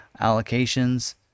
allocations